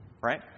right